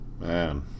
man